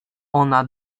ona